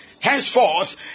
henceforth